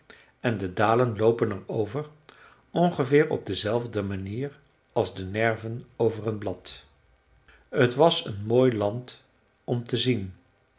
en de dalen loopen er over ongeveer op dezelfde manier als de nerven over een blad t was een mooi land om te zien